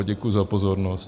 Děkuji za pozornost.